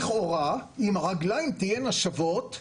לכאורה, עם הרגליים תהיינה שוות,